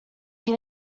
can